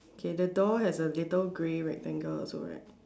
okay the door has a little grey rectangle also right